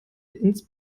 ins